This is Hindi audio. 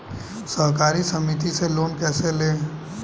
सहकारी समिति से लोन कैसे लें?